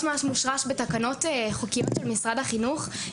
מושרש בתקנות חוקיות של משרד החינוך,